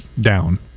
down